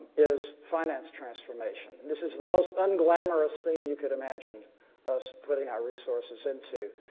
is finance transformation. this is the most unglamorous thing you can imagine us putting our resources into.